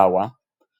דעוה –